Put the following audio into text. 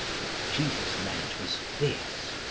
what jesus meant, was this.